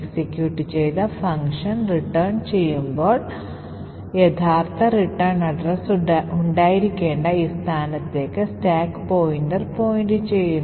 execute ചെയ്ത function return ചെയ്യുമ്പോൾ യഥാർത്ഥ റിട്ടേൺ വിലാസം ഉണ്ടായിരിക്കേണ്ട ഈ സ്ഥാനത്തേക്ക് സ്റ്റാക്ക് പോയിന്റർ point ചെയ്യുന്നു